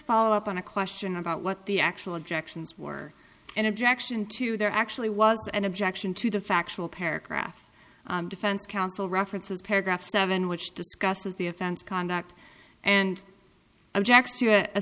follow up on a question about what the actual objections were an objection to there actually was an objection to the factual paragraph defense counsel references paragraph seven which discusses the offense conduct and object